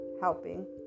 helping